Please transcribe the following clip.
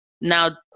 now